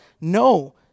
no